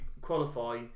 qualify